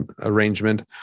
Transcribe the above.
arrangement